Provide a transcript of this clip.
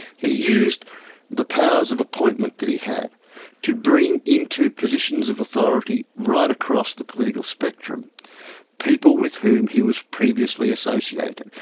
he used the powers of appointment that he had to bring into positions of authority right across the political spectrum people with whom he was previously associated.